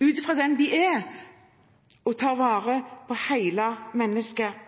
ut ifra den de er, og ta vare på hele mennesket.